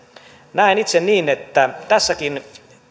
näen itse niin että tässäkin